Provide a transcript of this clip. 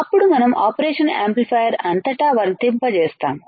అప్పుడు మనం operation amplifier అంతటా వర్తింపజేస్తాము